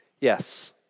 Yes